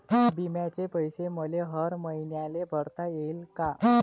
बिम्याचे पैसे मले हर मईन्याले भरता येईन का?